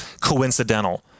Coincidental